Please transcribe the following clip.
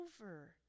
over